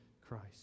Christ